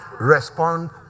Respond